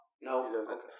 No